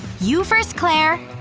you first, clair!